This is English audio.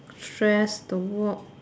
stress the work